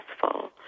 successful